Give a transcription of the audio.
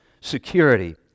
security